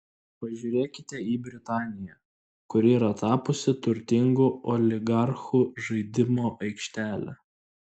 pažiūrėkite į britaniją kuri yra tapusi turtingų oligarchų žaidimo aikštele